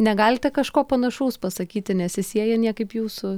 negalite kažko panašaus pasakyti nesisieja niekaip jūsų